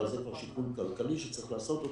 כי זה שיקול כלכלי שצריך לעשות.